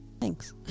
Thanks